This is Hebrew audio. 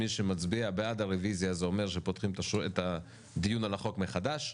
מי שמצביע בעד הרביזיה זה אומר שפותחים את הדיון על החוק מחדש,